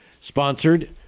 sponsored